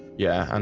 yeah, and